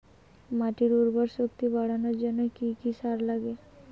মাটির উর্বর শক্তি বাড়ানোর জন্য কি কি সার লাগে?